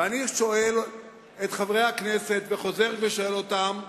ואני שואל את חברי הכנסת וחוזר ושואל אותם: